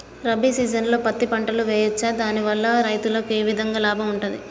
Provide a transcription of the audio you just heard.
రబీ సీజన్లో పత్తి పంటలు వేయచ్చా దాని వల్ల రైతులకు ఏ విధంగా లాభం ఉంటది?